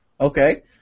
Okay